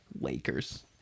Lakers